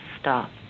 stop